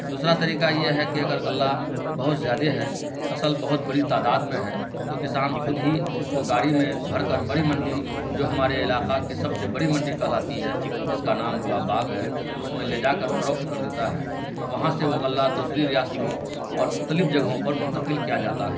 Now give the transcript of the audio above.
دوسرا طریقہ یہ ہے کہ اگر غلہ بہت زیادہ ہے فصل بہت بڑی تعداد میں ہے تو کسان خود ہی اس کو گاڑی میں بھر کر بڑی منڈی جو ہمارے علاقہ کی سب سے بڑی منڈی کہلاتی ہے جس کا نام گلاب باغ ہے اس میں لے جا کر فروخت کر دیتا ہے وہاں سے وہ غلہ دوسری ریاستوں اور مختلف جگہوں پر منتقل کیا جاتا ہے